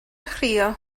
chrio